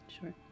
sure